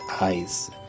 eyes